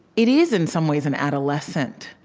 it is, in some ways, an adolescent